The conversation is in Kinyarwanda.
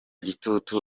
gitutu